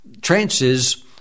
trances